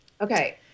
okay